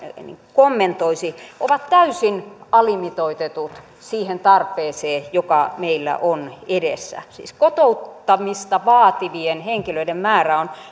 kommentoisi sitä ovat täysin alimitoitetut siihen tarpeeseen joka meillä on edessä siis kotouttamista vaativien henkilöiden määrä on